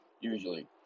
usually